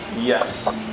Yes